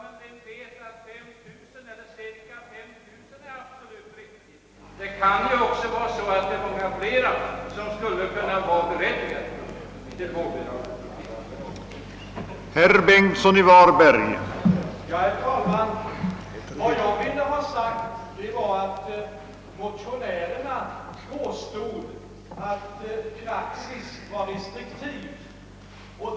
Det hade varit bättre om man fört upp ärendena till försäkringsdomstolen, ty då hade man sluppit motionera.